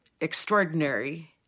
extraordinary